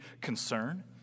concern